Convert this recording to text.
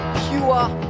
pure